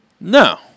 No